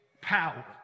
power